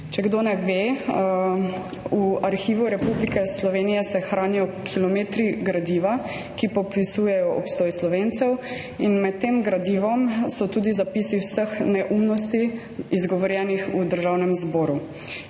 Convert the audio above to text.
Če kdo ne ve, v Arhivu Republike Slovenije se hranijo kilometri gradiva, ki popisuje obstoj Slovencev, in med tem gradivom so tudi zapisi vseh neumnosti, izgovorjenih v Državnem zboru.